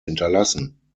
hinterlassen